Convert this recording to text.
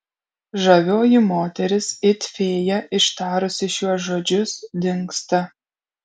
žavioji moteris it fėja ištarusi šiuos žodžius dingsta